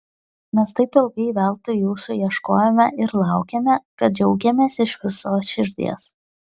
mes taip ilgai veltui jūsų ieškojome ir laukėme kad džiaugiamės iš visos širdies